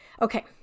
Okay